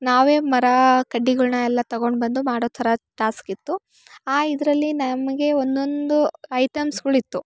ನಾವೇ ಮರ ಕಡ್ಡಿಗಳ್ನ ಎಲ್ಲ ತಗೊಂಡ್ಬಂದು ಮಾಡೋ ಥರ ಟಾಸ್ಕ್ ಇತ್ತು ಆ ಇದರಲ್ಲಿ ನಮಗೆ ಒಂದೊಂದು ಐಟೆಮ್ಸ್ಗಳಿತ್ತು